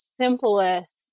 simplest